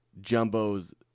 jumbo's